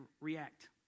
react